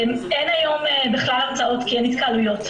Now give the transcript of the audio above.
אין היום בכלל הרצאות כי אין התקהלויות,